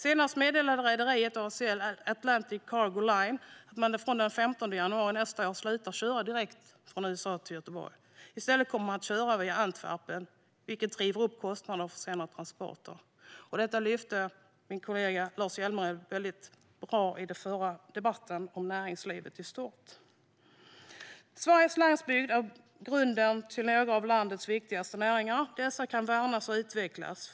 Senast meddelade rederiet ACL, Atlantic Container Line, att man från den 15 januari nästa år slutar köra direkt från USA till Göteborg. I stället kommer man att köra via Antwerpen, vilket driver upp kostnaden för senare transporter. Detta lyfte min kollega Lars Hjälmered upp på ett bra sätt i den förra debatten om näringslivet i stort. Sveriges landsbygd är grunden till några av landets viktigaste näringar. Dessa kan värnas och utvecklas.